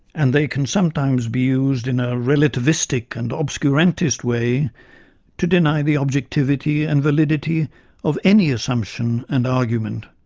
and they can sometimes be used in a relativistic and obscurantist way to deny the objectivity and validity of any assumption and argument